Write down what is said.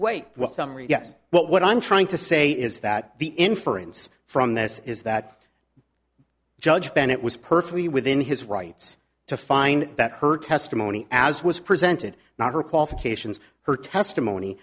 but what i'm trying to say is that the inference from this is that judge bennett was perfectly within his rights to find that her testimony as was presented not her qualifications her testimony